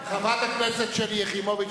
חברת הכנסת שלי יחימוביץ,